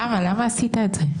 למה עשית את זה?